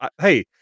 hey